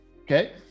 okay